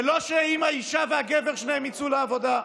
ולא שהאישה והגבר שניהם יצאו לעבודה.